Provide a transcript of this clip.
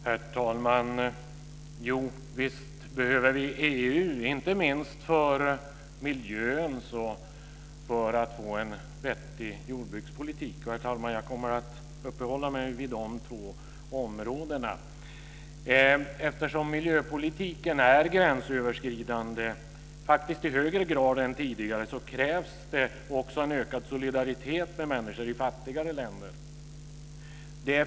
Herr talman! Visst behöver vi EU - inte minst för miljöns skull och för att få en vettig jordbrukspolitik! Jag kommer att uppehålla mig vid de två områdena, herr talman! Eftersom miljöpolitiken faktiskt i högre grad än tidigare är gränsöverskridande så krävs det en ökad solidaritet med människor i fattigare länder.